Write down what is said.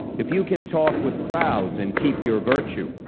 if you can talk with crowds and keep your virtue,